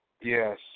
yes